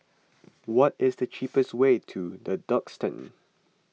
what is the cheapest way to the Duxton